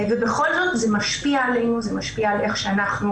ובכל זאת זה משפיע עלינו וזה משפיע על איך שאנחנו